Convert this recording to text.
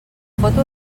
foto